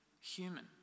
human